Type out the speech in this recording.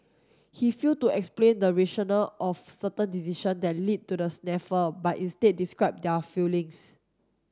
he failed to explain the rationale of certain decision that lead to the snafu but instead described their fillings